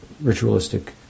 ritualistic